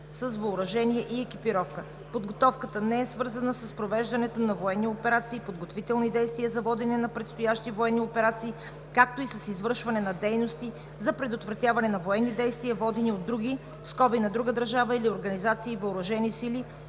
с въоръжение и екипировка. Подготовката не е свързана с провеждането на военни операции, подготвителни действия за водене на предстоящи военни операции, както и с извършване на дейности за предотвратяване на военни действия, водени от други (на друга държава или организация) въоръжени сили.